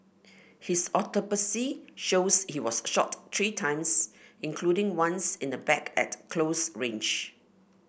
his autopsy shows he was shot three times including once in the back at close range